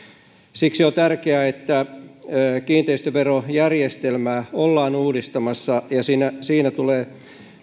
siksi on tärkeää että kiinteistöverojärjestelmää ollaan uudistamassa ja siinä tulee